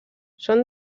són